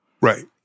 Right